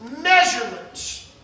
measurement